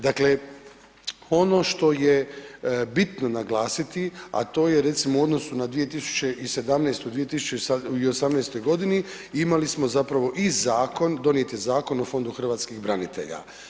Dakle, ono što je bitno naglasiti, a to je recimo u odnosu na 2017. i u 2018.g. imali smo zapravo i zakon, donijet je Zakon o Fondu hrvatskih branitelja.